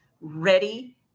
ready